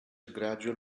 gradual